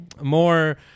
more